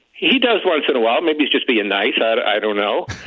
he does, once in awhile. maybe he's just being nice. i don't know.